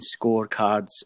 scorecards